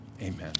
Amen